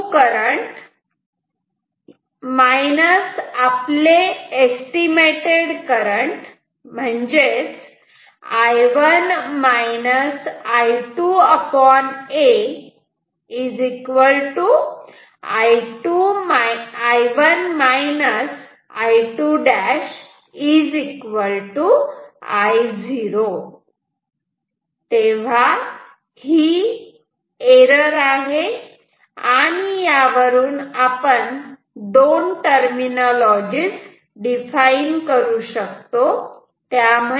true current आपले estimate I1 - I2a I1 - I2' I0 तेव्हा ही एरर आहे आणि यावरून आपण दोन टरमिनोलॉजी डिफाइन करू शकतो